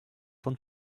von